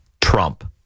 Trump